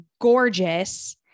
gorgeous